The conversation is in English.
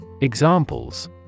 Examples